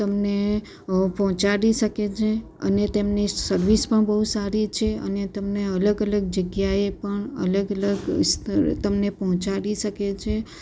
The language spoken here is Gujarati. તમને પહોંચાડી શકે છે અને તેમની સર્વિસ પણ બહુ સારી છે અને તમને અલગ અલગ જગ્યાએ પણ અલગ અલગ સ્થળે તમને પહોંચાડી શકે છે